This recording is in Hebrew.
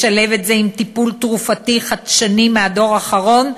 לשלב את זה עם טיפול תרופתי חדשני מהדור האחרון,